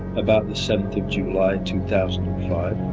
about the seventh of july, two thousand and five.